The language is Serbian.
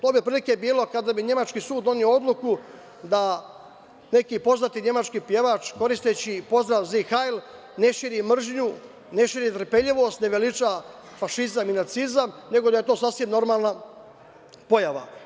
To bi otprilike bilo kao kada bi nemački sud doneo odluku da neki poznati nemački pevač koristeći pozdrav „zig hajl“ ne širi mržnju, ne širi netrpeljivost, ne veliča fašizam i nacizam, nego da je to sasvim normalna pojava.